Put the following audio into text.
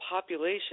population